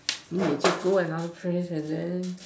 when they just go another trees and then